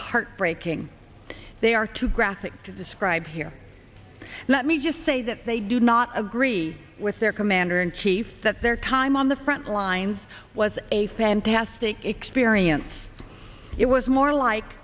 heartbreaking they are too graphic to describe here let me just say that they did not agree with their commander in chief that their time on the front lines was a fantastic experience it was more like